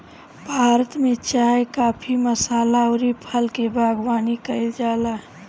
भारत में चाय, काफी, मसाला अउरी फल के बागवानी कईल जाला